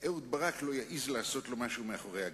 אהוד ברק לא יעז לעשות לו משהו מאחורי הגב.